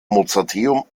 mozarteum